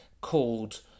called